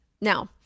Now